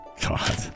God